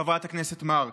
חברת הכנסת מארק.